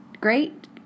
great